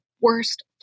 worst